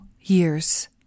years